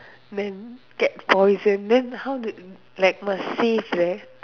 then get poison then how would must save right